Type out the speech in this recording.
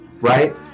right